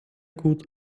gut